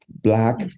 Black